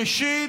ראשית,